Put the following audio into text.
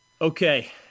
Okay